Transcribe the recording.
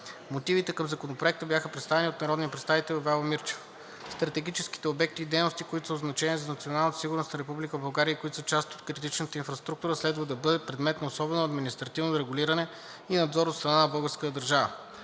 Мотивите към Законопроекта бяха представени от народния представител Ивайло Мирчев. Стратегическите обекти и дейности, които са от значение за националната сигурност на Република България и които са част от критичната инфраструктура, следва да бъде предмет на особено административно регулиране и надзор от страна на българската държава.